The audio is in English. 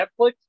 Netflix